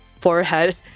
forehead